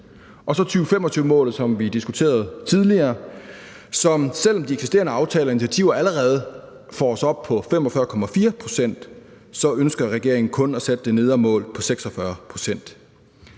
er der 2025-målet, som vi diskuterede tidligere. Selv om de eksisterende aftaler og initiativer allerede får os op på 45,4 pct., ønsker regeringen kun at sætte det nedre mål på 46 pct.